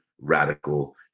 radical